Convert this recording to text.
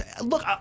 Look